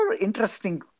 interesting